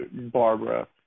Barbara